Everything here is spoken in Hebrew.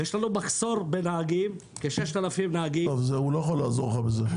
יש לנו מחסור בכ-6,000 נהגים -- הוא לא יכול לעזור לך בעניין הזה.